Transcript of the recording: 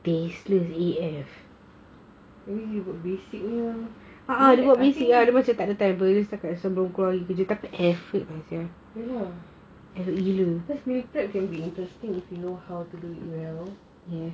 buat basic cause meal prep can be interesting if you know how to do it well